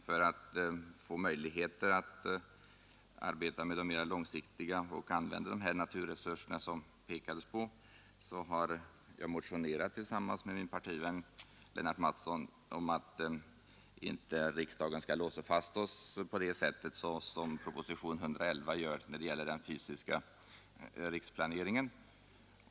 För att få möjligheter att arbeta med de mera långsiktiga problemen och använda de naturresurser som det pekades på har jag tillsammans med min partivän Lennart Mattsson motionerat om att riksdagen inte skall låsa fast oss på det sätt som propositionen 111 gör när det gäller den fysiska riksplaneringen.